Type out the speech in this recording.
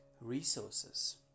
resources